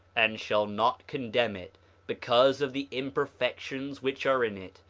and shall not condemn it because of the imperfections which are in it,